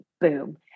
boom